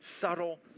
subtle